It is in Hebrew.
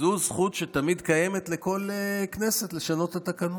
זו זכות שתמיד קיימת לכל כנסת, לשנות את התקנון,